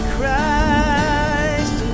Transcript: Christ